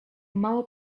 mało